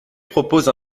propose